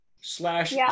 slash